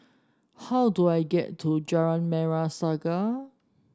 how do I get to Jalan Merah Saga